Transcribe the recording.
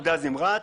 בבקשה.